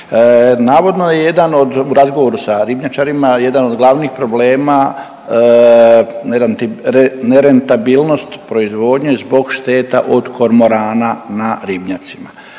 od, u razgovoru sa ribnjačarima jedan od glavnih problema nerentabilnost proizvodnje zbog šteta od kormorana na ribnjacima,